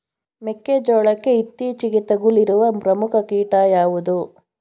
ಮೆಕ್ಕೆ ಜೋಳಕ್ಕೆ ಇತ್ತೀಚೆಗೆ ತಗುಲಿರುವ ಪ್ರಮುಖ ಕೀಟ ಯಾವುದು?